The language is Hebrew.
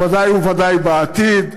בוודאי ובוודאי בעתיד.